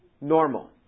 normal